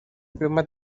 plumas